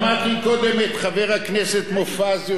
שמעתי קודם את חבר הכנסת מופז,